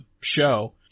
show